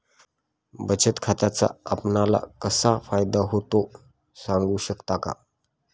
बचत खात्याचा आपणाला कसा फायदा होतो? सांगू शकता का?